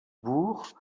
bourg